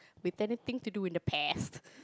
we tend to think to do in the past